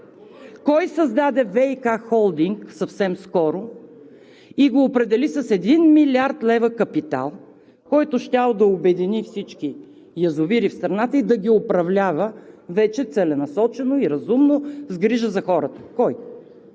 Кой създаде ВиК холдинг съвсем скоро и го определи с 1 млрд. лв. капитал, който щял да обедини всички язовири в страната и да ги управлява вече целенасочено и разумно, с грижа за хората? Кой?